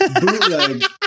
bootleg